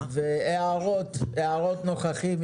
יש הערות לנוכחים?